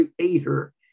creator